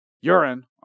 urine